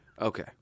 okay